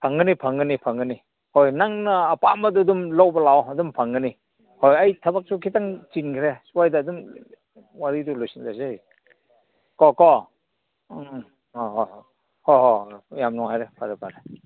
ꯐꯪꯒꯅꯤ ꯐꯪꯒꯅꯤ ꯐꯪꯒꯅꯤ ꯍꯣꯏ ꯅꯪꯅ ꯑꯄꯥꯝꯕꯗꯨ ꯑꯗꯨꯝ ꯂꯧꯕ ꯂꯥꯛꯑꯣ ꯑꯗꯨꯝ ꯐꯪꯒꯅꯤ ꯍꯣꯏ ꯑꯩ ꯊꯕꯛꯁꯨ ꯈꯤꯇꯪ ꯆꯤꯟꯈ꯭ꯔꯦ ꯁꯨꯋꯥꯏꯗ ꯑꯗꯨꯝ ꯋꯥꯔꯤꯗꯨ ꯂꯣꯏꯁꯤꯜꯂꯁꯦ ꯀꯣ ꯀꯣ ꯎꯝ ꯎꯝ ꯍꯣꯏ ꯍꯣꯏ ꯍꯣꯏ ꯍꯣꯏ ꯍꯣꯏ ꯍꯣꯏ ꯌꯥꯝ ꯅꯨꯡꯉꯥꯏꯔꯦ ꯐꯔꯦ ꯐꯔꯦ